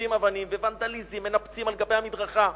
מוציאים אבנים, ונדליזם, מנפצים על גבי המדרכה.